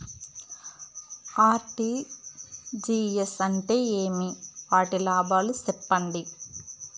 RTGS అంటే ఏమి? వాటి లాభాలు సెప్పండి?